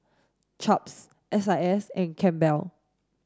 Chaps S I S and Campbell's